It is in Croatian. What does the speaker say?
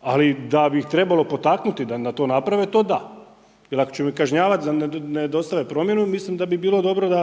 ali da bi ih trebalo potaknuti da to naprave, to da. Jer ako ćemo ih kažnjavat da ne dostave promjenu, mislim da bi bilo dobro da